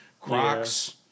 Crocs